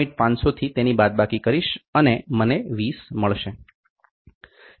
500 થી તેની બાદબાકી કરીશ અને મને 20 મળશે